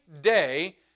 day